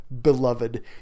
beloved